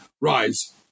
rise